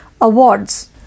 awards